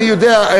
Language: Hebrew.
אני יודע,